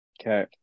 Okay